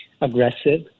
aggressive